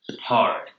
hard